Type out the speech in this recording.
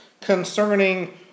concerning